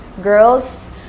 Girls